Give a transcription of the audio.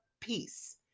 Peace